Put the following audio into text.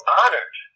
honored